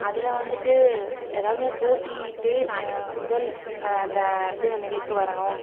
அதில் வந்துட்டு எல்லாருமே போட்டியிட்டு முதல் த இது நிலைக்கு வரணும்